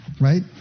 right